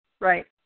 right